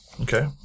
Okay